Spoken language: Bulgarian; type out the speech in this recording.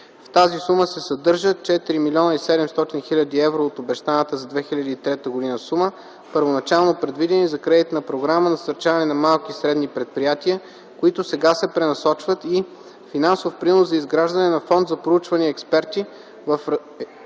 В тази сума се съдържат: - 4 млн. 700 хил. евро от обещаната за 2003 г. сума, първоначално предвидени за кредитна програма „Насърчаване на малките и средни предприятия”, които сега се пренасочват и - финансов принос за изграждането на Фонд за проучвания и експерти в